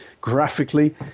graphically